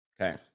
Okay